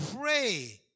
pray